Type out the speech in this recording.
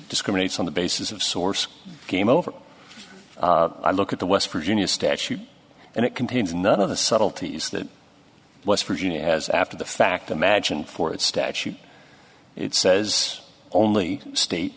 discriminates on the basis of source came over i look at the west virginia statute and it contains none of the subtleties that west virginia has after the fact imagine for its statute it says only state